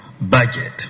budget